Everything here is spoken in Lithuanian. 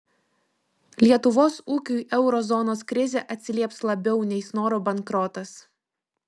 lietuvos ūkiui euro zonos krizė atsilieps labiau nei snoro bankrotas